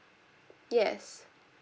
yes